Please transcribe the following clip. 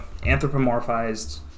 anthropomorphized